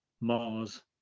Mars